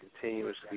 continuously